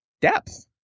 depth